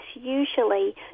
usually